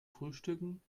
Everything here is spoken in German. frühstücken